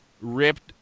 ripped